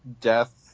death